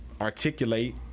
articulate